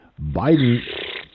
Biden